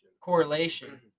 Correlation